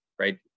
right